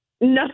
No